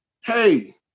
Hey